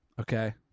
okay